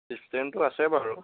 ছিষ্টেমটো আছে বাৰু